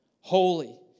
holy